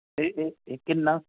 ਇਹ ਇਹ ਇਹ ਕਿੰਨਾ